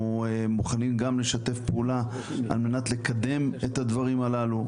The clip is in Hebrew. מוכנים גם לשתף פעולה על מנת לקדם את הדברים הללו.